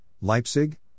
Leipzig